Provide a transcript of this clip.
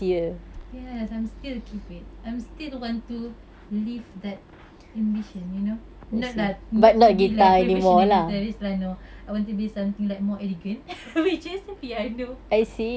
yes I'm still keep it I'm still want to live that ambition you know not lah not to be like professional guitarist lah no I want to be something like more elegant which is iffy I know